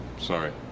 Sorry